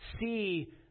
see